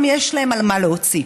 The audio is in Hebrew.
יש להם על מה להוציא.